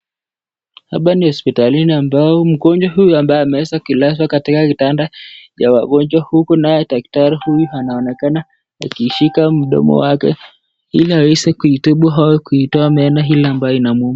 Hapa ni hospitalini ambapo mgonjwa huyu ameweza kulazwa katika kitanda cha wagonjwa huku naye daktari huyu anaonekana akishika mdomo wake ili aweze kuitibu au kuitoa meno ile ambayo inamuuma.